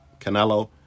Canelo